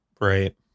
Right